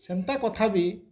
ସେନ୍ତା କଥା ବି